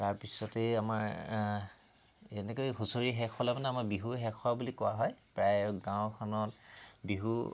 তাৰপিছতেই আমাৰ এনেকৈ হুঁচৰি শেষ হ'লে মানে আমাৰ বিহু শেষ হোৱা বুলি কোৱা হয় প্ৰায় গাঁওখনত বিহু